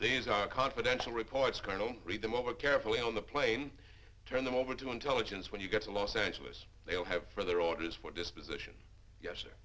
these are confidential reports colonel read them over carefully on the plane turn them over to intelligence when you get to los angeles they'll have for their orders for disposition yes